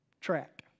track